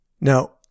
Now